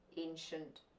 ancient